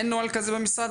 אין נוהל כזה במשרד?